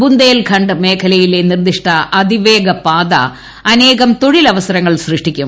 ബുന്ദേൽഖണ്ഡ് മേഖ്ലയിലെ നിർദ്ദിഷ്ട അതിവേഗപാത അനേകം തൊഴിലവസ്ട്രിങ്ങൾ സൃഷ്ടിക്കും